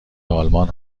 آلمان